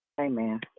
Amen